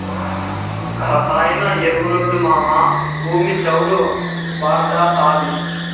రసాయన ఎరువులొద్దు మావా, భూమి చౌడు భార్డాతాది